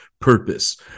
purpose